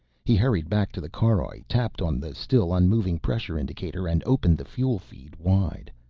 he hurried back to the caroj, tapped on the still-unmoving pressure indicator and opened the fuel feed wide.